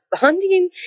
bonding